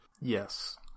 Yes